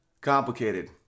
complicated